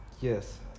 Yes